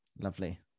lovely